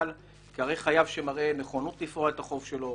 כהרי חייב שמראה נכונות לפרוע את החוב שלו,